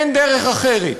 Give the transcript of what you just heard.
אין דרך אחרת.